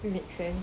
the trend